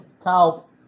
Kyle